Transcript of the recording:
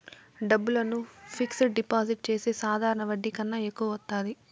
డబ్బులను fixed deposit చేస్తే సాధారణ వడ్డీ కన్నా ఎక్కువ వత్తాది